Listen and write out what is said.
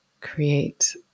create